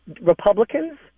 Republicans –